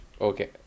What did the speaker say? Okay